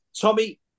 Tommy